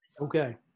Okay